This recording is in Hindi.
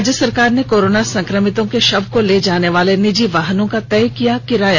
राज्य सरकार ने कोरोना संक्रमितों के शव को ले जाने वाले निजी वाहनों का तय किया किराया